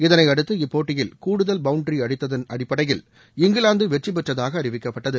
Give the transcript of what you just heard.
இதனையடுத்து இப்போட்டியில் கூடுதல் பவுண்டரி அடித்ததன் அடிப்படையில் இங்கிலாந்து வெற்றி பெற்றதாக அறிவிக்கப்பட்டது